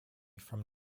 from